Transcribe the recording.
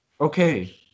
Okay